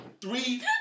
three